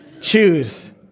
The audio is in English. Choose